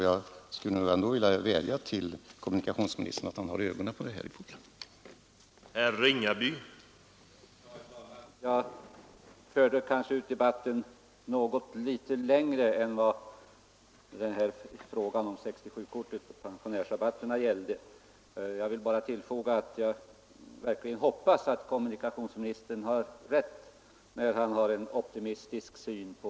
Jag skulle vilja vädja till kommunikationsministern att hålla ögonen på detta i fortsättningen.